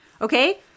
Okay